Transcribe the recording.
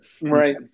Right